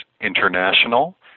International